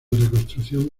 reconstrucción